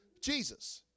Jesus